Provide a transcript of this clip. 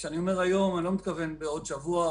וכשאני אומר "היום" אני לא מתכוון בעוד שבוע,